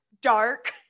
dark